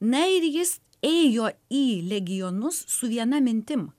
na ir jis ėjo į legionus su viena mintim